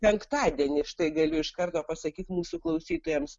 penktadienį štai galiu iš karto pasakyt mūsų klausytojams